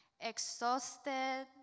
exhausted